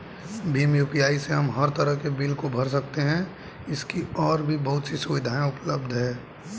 Bhim UPI से हम हर तरह के बिल को भर सकते है, इसकी और भी बहुत सी सुविधाएं उपलब्ध है